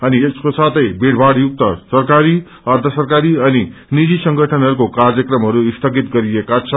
अनि यसको साथै भीड़भाड़युक्त सरकारी अर्घसरकारी अनि निजी संगठनहरूको कार्यक्रमरू स्थगित गरिएका छन्